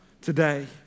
today